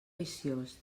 viciós